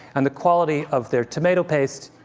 and the quality of their tomato paste,